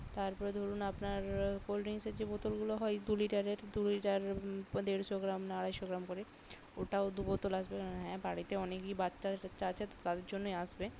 তারপরে ধরুন আপনার কোল্ড ড্রিঙ্কসের যে বোতলগুলো হয় দু লিটারের দু লিটার দেড়শো গ্রাম না আড়াইশো গ্রাম করে ওটাও দু বোতল আসবে কারণ হ্যাঁ বাড়িতে অনেকই বাচ্চা টাচ্চা আছে তো তাদের জন্যই আসবে